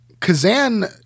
Kazan